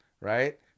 right